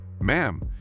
Ma'am